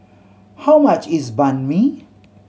how much is Banh Mi